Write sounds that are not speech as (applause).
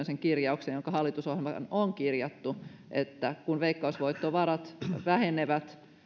(unintelligible) sen kirjauksen joka hallitusohjelmaan on kirjattu että kun veikkausvoittovarat vähenevät